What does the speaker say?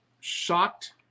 shocked